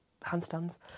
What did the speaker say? handstands